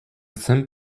zen